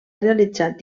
realitzat